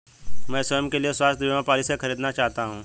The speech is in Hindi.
मैं स्वयं के लिए स्वास्थ्य बीमा पॉलिसी खरीदना चाहती हूं